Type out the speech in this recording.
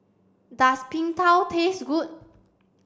does Png Tao taste good